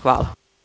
Hvala.